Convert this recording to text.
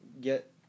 get